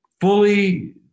fully